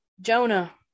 jonah